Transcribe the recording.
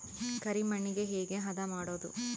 ಕರಿ ಮಣ್ಣಗೆ ಹೇಗೆ ಹದಾ ಮಾಡುದು?